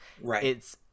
Right